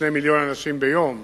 וכ-2 מיליוני אנשים ביום